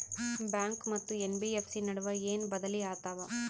Bank ಮತ್ತ NBFC ನಡುವ ಏನ ಬದಲಿ ಆತವ?